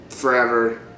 forever